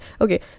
Okay